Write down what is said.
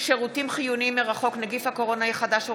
שירותים חיוניים מרחוק (נגיף הקורונה החדש,